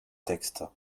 texte